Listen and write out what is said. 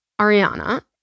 Ariana